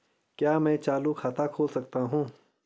क्या मैं चालू खाता खोल सकता हूँ?